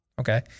Okay